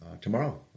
tomorrow